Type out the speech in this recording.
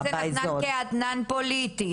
האם זה ניתן כאתנן פוליטי?